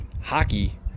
hockey